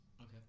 Okay